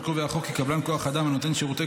עוד קובע החוק כי קבלן כוח אדם הנותן שירותי